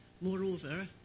Moreover